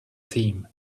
theme